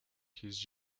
his